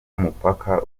umupaka